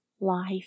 life